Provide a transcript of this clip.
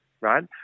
right